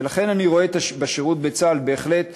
ולכן אני רואה בשירות בצה"ל בהחלט הזדמנות,